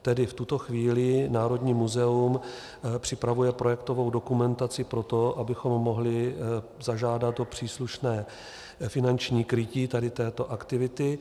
Tedy v tuto chvíli Národní muzeum připravuje projektovou dokumentaci pro to, abychom mohli zažádat o příslušné finanční krytí této aktivity.